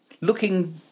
Looking